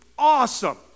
awesome